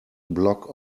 block